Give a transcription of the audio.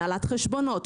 הנהלת חשבונות,